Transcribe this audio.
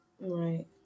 Right